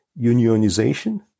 unionization